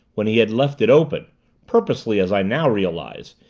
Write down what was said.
when he had left it open purposely, as i now realize,